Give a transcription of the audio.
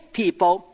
people